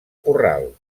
corral